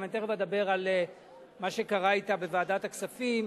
אני תיכף אדבר על מה שקרה אתה בוועדת הכספים,